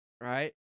right